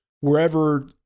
Wherever